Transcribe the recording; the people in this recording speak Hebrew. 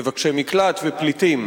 מבקשי מקלט ופליטים.